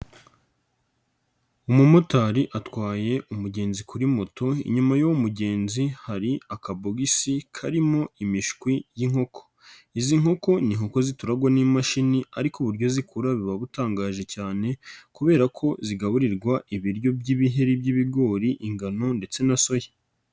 Umumotari atwaye umugenzi kuri moto, inyuma y'uwo mugenzi hari akabogisi karimo imishwi y'inkoko, izi nkoko ni inkoko zituragwa n'imashini ariko uburyo zikura buba butangaje cyane kubera ko zigaburirwa ibiryo by'ibiheri by'ibigori, ingano ndetse na soya.